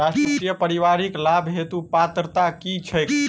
राष्ट्रीय परिवारिक लाभ हेतु पात्रता की छैक